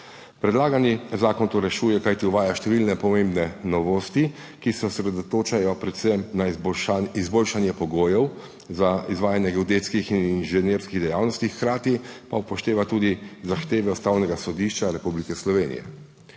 Predlagani zakon to rešuje, kajti uvaja številne pomembne novosti, ki se osredotočajo predvsem na izboljšanje pogojev za izvajanje geodetskih in inženirskih dejavnosti, hkrati pa upošteva tudi zahteve Ustavnega sodišča Republike Slovenije.